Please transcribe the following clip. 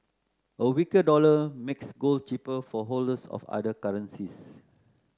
a weaker dollar makes gold cheaper for holders of other currencies